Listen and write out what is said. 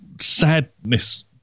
sadness